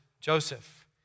Joseph